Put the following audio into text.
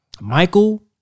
Michael